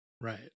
Right